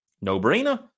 No-brainer